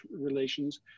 relations